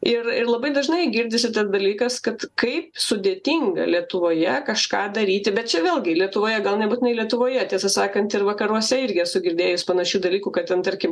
ir ir labai dažnai girdisi tas dalykas kad kaip sudėtinga lietuvoje kažką daryti bet čia vėlgi lietuvoje gal nebūtinai lietuvoje tiesą sakant ir vakaruose irgi esu girdėjus panašių dalykų kad ten tarkim